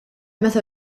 meta